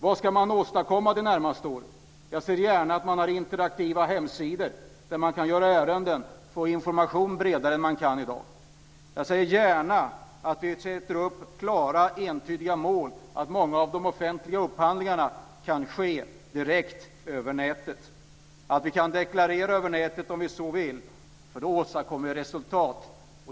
Vad ska man åstadkomma de närmaste åren? Jag ser gärna att man har interaktiva hemsidor där man kan uträtta ärenden och få bredare information än i dag. Jag ser gärna att vi sätter upp klara och entydiga mål så att många av de offentliga upphandlingarna kan ske direkt över nätet samt att vi kan deklarera över nätet om vi så vill. Då åstadkommer vi resultat.